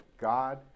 God